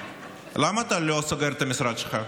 למה אתה לא סוגר את המשרד שלך?